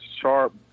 Sharp